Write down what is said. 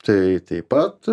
tai taip pat